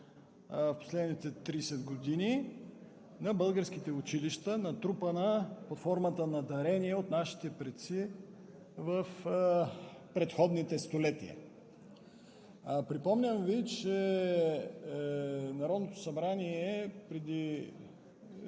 в последните 30 години на българските училища, натрупана под формата на дарения от нашите предци в предходните столетия. Припомням Ви, че преди